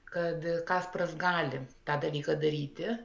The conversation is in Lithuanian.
kad kasparas gali tą dalyką daryti